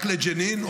רק לג'נין,